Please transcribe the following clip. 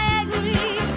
agree